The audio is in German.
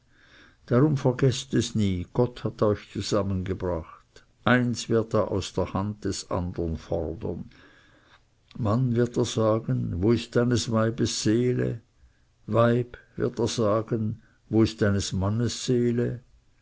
darum vergeßt es nie gott hat euch zusammengebracht eins wird er aus der hand des andern fordern mann wird er sagen wo ist deines weibes seele weib wird er sagen wo ist deines mannes seele